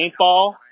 paintball